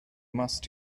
must